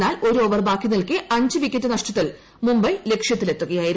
എന്നാൽ ഒരു ഓവർ ബാക്കിനിൽക്കെ അഞ്ചു വിക്കറ്റ് നഷ്ടത്തിൽ മും ബൈ ലക്ഷ്യത്തിലെത്തുകയായിരുന്നു